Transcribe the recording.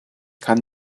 kann